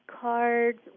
cards